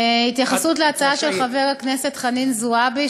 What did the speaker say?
התייחסות להצעה של חברת הכנסת חנין זועבי,